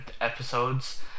episodes